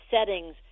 settings